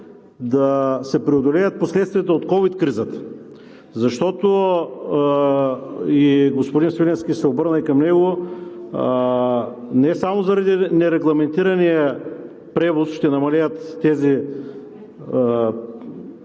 да се преодолеят последствията от ковид кризата. Защото, и господин Свиленски – ще се обърна и към него, не само заради нерегламентирания превоз ще намалеят тези